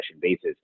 basis